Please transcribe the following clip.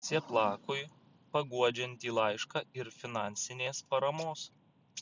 cieplakui paguodžiantį laišką ir finansinės paramos